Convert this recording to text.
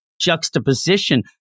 juxtaposition